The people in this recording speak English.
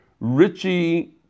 Richie